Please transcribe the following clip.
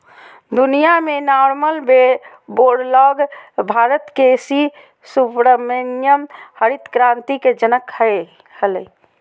दुनिया में Norman Borlaug Bharat के सी सुब्रमण्यम हरित क्रांति के जनक हलई